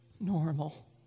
normal